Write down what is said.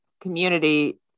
community